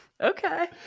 Okay